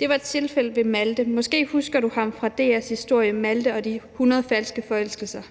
Det var tilfældet med Malte. Måske husker du ham fra DR's historie om Malte og de »100 falske forelskelser«.